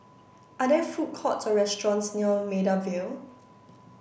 are there food courts or restaurants near Maida Vale